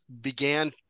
began